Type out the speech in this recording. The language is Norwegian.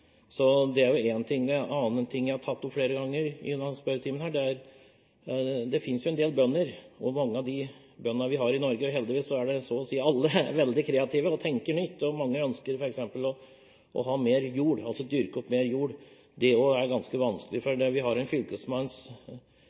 Det er én ting. Så til en annen ting jeg har tatt opp flere ganger i spørretimen. Det finnes jo en del bønder, og mange av de bøndene vi har i Norge – heldigvis er så å si alle veldig kreative og tenker nytt – ønsker å ha mer jord, altså å dyrke opp mer jord. Det også er ganske vanskelig, for